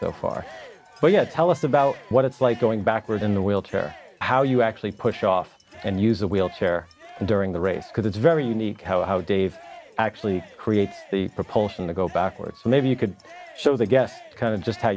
so far but yet tell us about what it's like going backwards in the wheelchair how you actually push off and use a wheelchair during the race because it's very unique how dave actually creates the propulsion to go backwards maybe you could show the guess kind of just how